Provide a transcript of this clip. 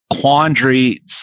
quandary –